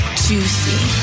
juicy